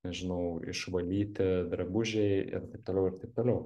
nežinau išvalyti drabužiai ir taip toliau ir taip toliau